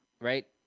right